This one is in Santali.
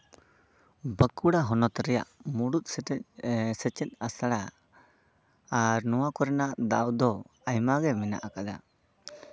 ᱵᱟᱸᱠᱩᱲᱟ ᱦᱚᱱᱚᱛ ᱨᱮᱭᱟᱜ ᱢᱩᱲᱩᱫ ᱥᱮᱪᱮᱫ ᱟᱥᱲᱟ ᱟᱨ ᱱᱚᱣᱟ ᱠᱚᱨᱮᱱᱟᱜ ᱫᱟᱣ ᱫᱚ ᱟᱭᱢᱟᱜᱮ ᱢᱮᱱᱟᱜ ᱠᱟᱫᱟ